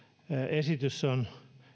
esitys on